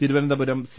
Thiruvananthapuram C